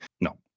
no